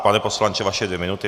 Pane poslanče, vaše dvě minuty.